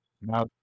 now